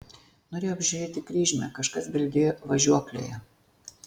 norėjau apžiūrėti kryžmę kažkas bildėjo važiuoklėje